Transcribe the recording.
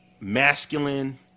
masculine